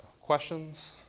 Questions